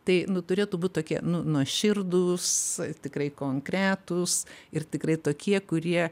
tai nu turėtų būt tokie nu nuoširdūs tikrai konkretūs ir tikrai tokie kurie